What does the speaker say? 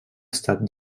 estat